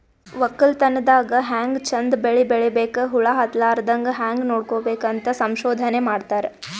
ವಕ್ಕಲತನ್ ದಾಗ್ ಹ್ಯಾಂಗ್ ಚಂದ್ ಬೆಳಿ ಬೆಳಿಬೇಕ್, ಹುಳ ಹತ್ತಲಾರದಂಗ್ ಹ್ಯಾಂಗ್ ನೋಡ್ಕೋಬೇಕ್ ಅಂತ್ ಸಂಶೋಧನೆ ಮಾಡ್ತಾರ್